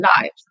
lives